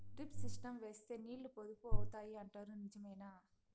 Drip system వేస్తే నీళ్లు పొదుపు అవుతాయి అంటారు నిజమేనా?